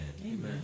Amen